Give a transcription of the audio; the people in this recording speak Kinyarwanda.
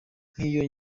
nk’iyo